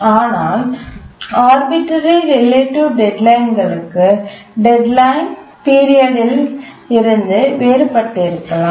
ஆனால் arbitrarily relative டெட்லைன்களுக்கு deadline பீரியட்ல் இருந்து வேறுபட்டிருக்கலாம்